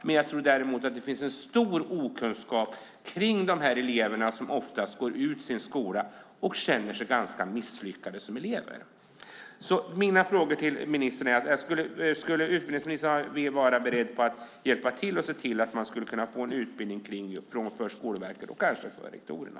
Däremot tror jag att det finns en stor okunskap om de här eleverna som oftast går ut skolan och känner sig ganska misslyckade som elever. Min fråga till ministern är: Skulle utbildningsministern vara beredd att hjälpa till att se till att man kan få en utbildning för Skolverket och kanske för rektorerna?